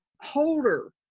Holder